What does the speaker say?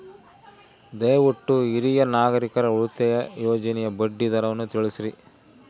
ದಯವಿಟ್ಟು ಹಿರಿಯ ನಾಗರಿಕರ ಉಳಿತಾಯ ಯೋಜನೆಯ ಬಡ್ಡಿ ದರವನ್ನು ತಿಳಿಸ್ರಿ